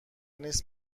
نیست